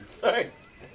Thanks